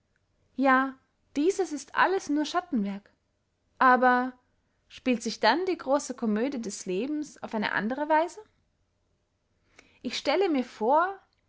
ja dieses ist alles nur schattenwerk aber spielt sich dann die grosse comödie des lebens auf eine andere weise ich stelle mir vor